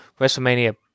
wrestlemania